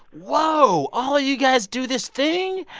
whoa. all you guys do this thing?